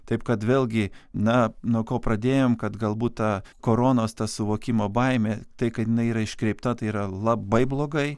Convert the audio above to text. taip kad vėlgi na nuo ko pradėjom kad galbūt ta koronos ta suvokimo baimė tai kad jinai yra iškreipta tai yra labai blogai